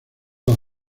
las